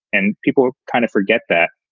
and people kind of forget that.